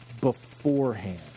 beforehand